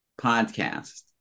podcast